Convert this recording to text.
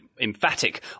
emphatic